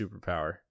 superpower